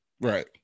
Right